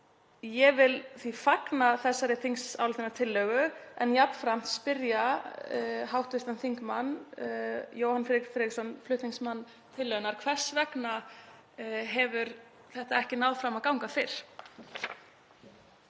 Ég vil því fagna þessari þingsályktunartillögu en jafnframt spyrja hv. þm. Jóhann Friðrik Friðriksson, flutningsmann tillögunnar: Hvers vegna hefur þetta ekki náð fram að ganga fyrr?